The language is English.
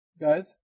guys